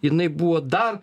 jinai buvo dar